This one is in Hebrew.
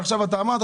עכשיו אמרת